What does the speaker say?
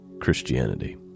Christianity